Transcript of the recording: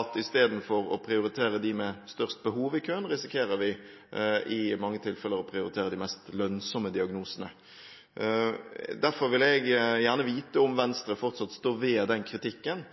at istedenfor å prioritere dem med størst behov i køen risikerer vi i mange tilfeller å prioritere de mest lønnsomme diagnosene. Derfor vil jeg gjerne vite om Venstre fortsatt står ved den kritikken,